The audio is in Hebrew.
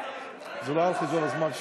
זה לא על חשבון הזמן שלי.